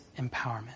empowerment